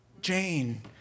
Jane